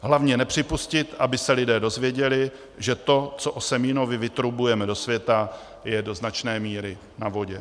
Hlavně nepřipustit, aby se lidé dozvěděli, že to, co o Semínovi vytrubujeme do světa, je do značné míry na vodě.